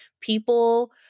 people